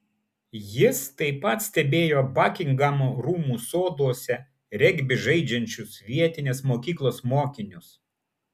jis taip pat stebėjo bakingamo rūmų soduose regbį žaidžiančius vietinės mokyklos mokinius